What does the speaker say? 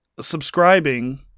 subscribing